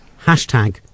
hashtag